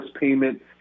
payment